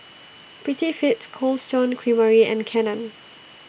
Prettyfit Cold Stone Creamery and Canon